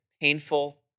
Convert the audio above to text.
painful